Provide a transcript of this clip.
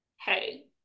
hey